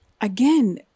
Again